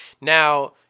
Now